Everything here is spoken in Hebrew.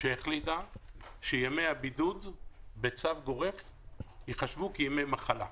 שהחליטה בצו גורף שימי הבידוד ייחשבו כימי מחלה.